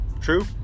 True